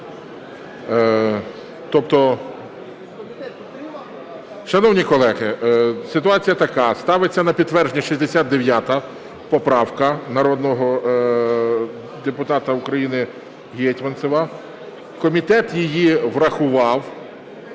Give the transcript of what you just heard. Шановні колеги, ситуація така. Ставиться на підтвердження 69 поправка народного депутата України Гетманцева. Комітет її врахував.